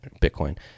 Bitcoin